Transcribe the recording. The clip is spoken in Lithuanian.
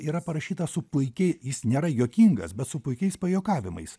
yra parašytas su puikiai jis nėra juokingas bet su puikiais pajuokavimais